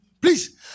Please